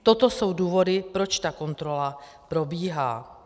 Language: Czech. Toto jsou důvody, proč ta kontrola probíhá.